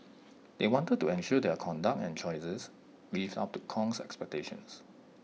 they wanted to ensure their conduct and choices lived up to Kong's expectations